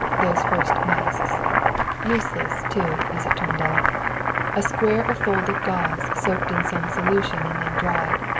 those first masks useless, too, as it turned out a square of folded gauze, soaked in some solution and then dried,